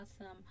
awesome